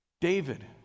David